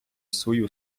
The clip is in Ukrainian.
свою